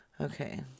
Okay